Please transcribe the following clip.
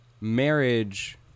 marriage